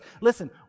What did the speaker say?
Listen